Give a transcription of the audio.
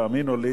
תאמינו לי,